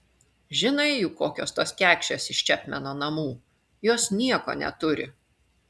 žinai juk kokios tos kekšės iš čepmeno namų jos nieko neturi